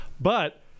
But-